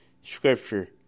scripture